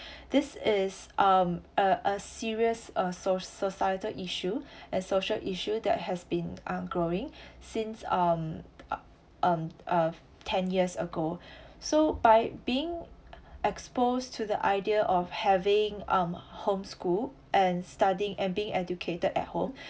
this is um a a serious uh soc~ societal issue and social issue that has been on growing since um uh um uh ten years ago so by being exposed to the idea of having um home school and studying and being educated at home